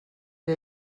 era